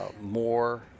more